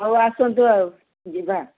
ହଉ ଆସନ୍ତୁ ଆଉ ଯିବା